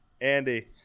Andy